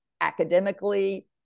academically